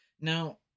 Now